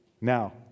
Now